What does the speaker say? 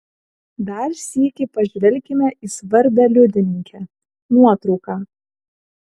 dar sykį pažvelkime į svarbią liudininkę nuotrauką